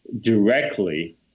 directly